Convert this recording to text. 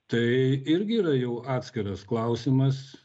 tai irgi yra jau atskiras klausimas